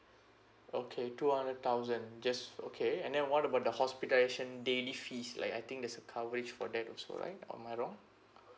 okay two hundred thousand just okay and then what about the hospitalisation daily fees like I think there's a coverage for that also right or am I wrong